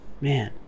man